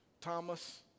Thomas